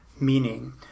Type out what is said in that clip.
meaning